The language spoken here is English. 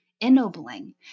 ennobling